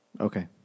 Okay